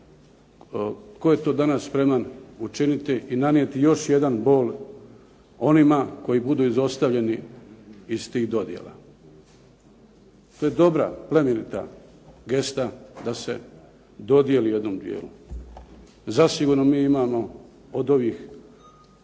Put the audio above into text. toliko godina spreman učiniti i nanijeti još jednu bol onima koji budu izostavljeni iz tih dodjela. To je dobra, plemenita gesta da se dodijeli jednom dijelu. Zasigurno mi imamo od ovih